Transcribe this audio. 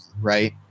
right